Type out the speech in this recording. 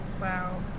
wow